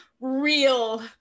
real